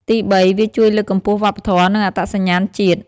ទីបី វាជួយលើកកម្ពស់វប្បធម៌ និងអត្តសញ្ញាណជាតិ។